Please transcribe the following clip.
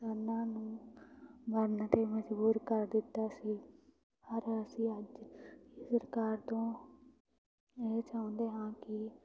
ਕਿਸਾਨਾਂ ਨੂੰ ਮਰਨ 'ਤੇ ਮਜ਼ਬੂਰ ਕਰ ਦਿੱਤਾ ਸੀ ਪਰ ਅਸੀਂ ਅੱਜ ਸਰਕਾਰ ਤੋਂ ਇਹ ਚਾਹੁੰਦੇ ਹਾਂ ਕਿ